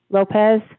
Lopez